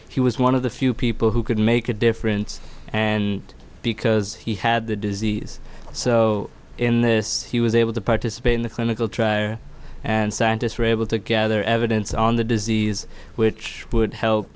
he was one of the few people who could make a difference and because he had the disease so in this he was able to participate in the clinical trial and scientists are able to gather evidence on the disease which would help